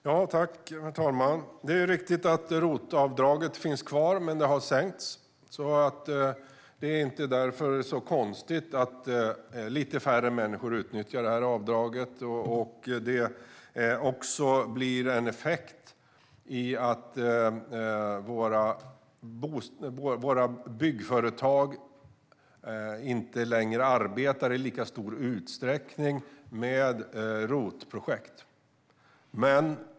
Herr talman! Det är riktigt att ROT-avdraget finns kvar, men det har sänkts. Därför är det inte så konstigt att lite färre människor utnyttjar avdraget och att det blir en effekt där våra byggföretag inte längre arbetar med ROT-projekt i lika stor utsträckning.